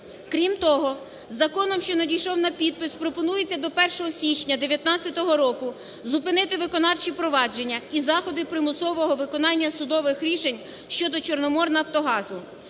Крім того, законом, що надійшов на підпис, пропонується до 1 січня 19-го року зупинити виконавчі провадження і заходи примусового виконання судових рішень щодо "Чорноморнафтогазу".